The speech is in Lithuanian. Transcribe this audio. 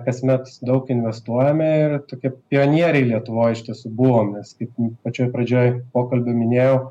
kasmet daug investuojame ir tokie pionieriai lietuvoj iš tiesų buvom nes sakykim pačioj pradžioj pokalbio minėjau